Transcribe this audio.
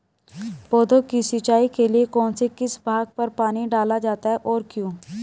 पौधों की सिंचाई के लिए उनके किस भाग पर पानी डाला जाता है और क्यों?